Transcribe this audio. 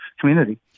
community